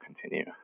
continue